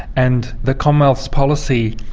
and the commonwealth's policy